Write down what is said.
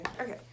Okay